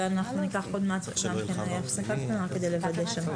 עוד מעט ניקח הפסקה קטנה כדי לוודא.